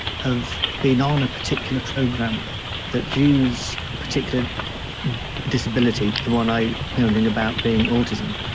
have been on a particular program that views a particular disability the one i know nothing about being autism.